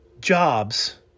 jobs